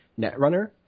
Netrunner